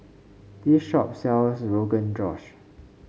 this shop sells Rogan Josh